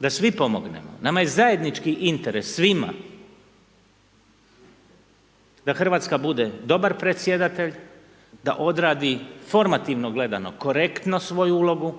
da svi pomognemo. Nama je zajednički interes, svima, da Hrvatska bude dobar predsjedatelj, da odradi formativno gledano korektno svoju ulogu,